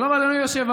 שלום, אדוני היושב-ראש.